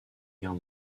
guerre